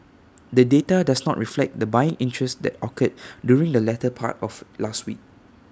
the data does not reflect the buying interest that occurred during the latter part of last week